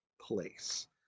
place